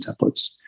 templates